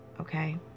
okay